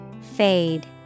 Fade